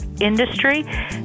industry